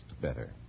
better